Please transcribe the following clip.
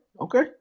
okay